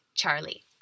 Charlie